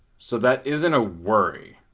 so that isn't a worry.